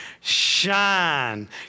Shine